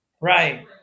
Right